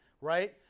right